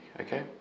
okay